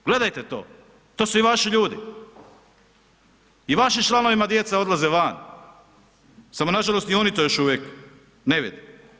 Gledajte to, to su i vaši ljudi i vašim članovima djeca odlaze van, samo nažalost i oni to još uvijek ne vide.